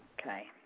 Okay